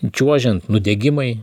čiuožiant nudegimai